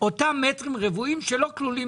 את אותם המטרים הרבועים שלא כלולים,